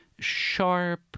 sharp